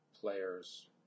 players